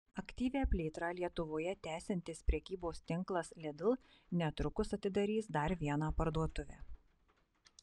aktyvią plėtrą lietuvoje tęsiantis prekybos tinklas lidl netrukus atidarys dar vieną parduotuvę